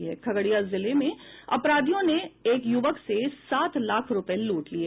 खगड़िया जिले में अपराधियों ने एक युवक से सात लाख रूपये लूट लिये